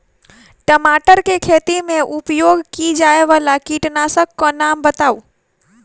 टमाटर केँ खेती मे उपयोग की जायवला कीटनासक कऽ नाम बताऊ?